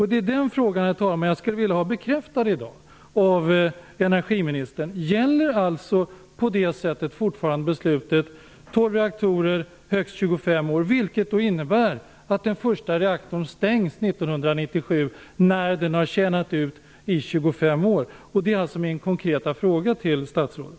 Det är det som jag skulle vilja ha bekräftat av energiministern i dag: Gäller fortfarande beslutet om 12 reaktorer i högst 25 år? Det skulle innebära att den första reaktorn stängs 1997, när den har tjänat ut efter 25 år. Det är alltså min konkreta fråga till statsrådet.